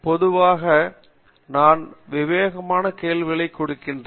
பொதுவாக நான் விவேகமான கேள்விகளைக் கொடுக்கிறேன்